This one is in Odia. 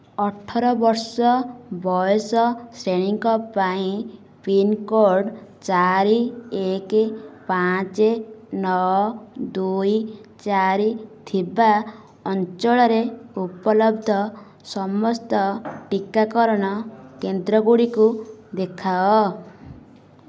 ଅଠର ବର୍ଷ ବୟସ ଶ୍ରେଣୀଙ୍କ ପାଇଁ ପିନ୍କୋଡ଼୍ ଚାରି ଏକ ପାଞ୍ଚ ନଅ ଦୁଇ ଚାରି ଥିବା ଅଞ୍ଚଳରେ ଉପଲବ୍ଧ ସମସ୍ତ ଟିକାକରଣ କେନ୍ଦ୍ର ଗୁଡ଼ିକ ଦେଖାଅ